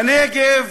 בנגב,